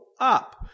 up